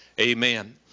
Amen